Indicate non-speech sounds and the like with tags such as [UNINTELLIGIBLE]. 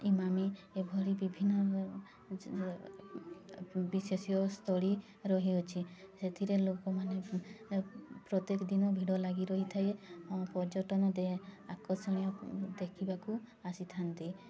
ଏମାମୀ ଏଭଳି ବିଭିନ୍ନ ବିଶେଷ ସ୍ଥଳୀ ରହିଛି ସେଥିରେ ଲୋକମାନେ ପ୍ରତ୍ୟେକ ଦିନ ଭିଡ଼ ଲାଗି ରହିଥାଏ ପର୍ଯ୍ୟଟନ [UNINTELLIGIBLE] ଆକର୍ଷଣୀୟ ଦେଖିବାକୁ ଆସିଥାନ୍ତି